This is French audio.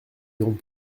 irons